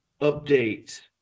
Update